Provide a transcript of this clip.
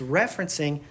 referencing